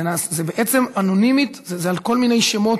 זה בעצם אנונימי, זה על כל מיני שמות.